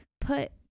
put